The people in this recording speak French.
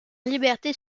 liberté